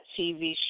tv